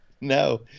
No